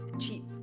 cheap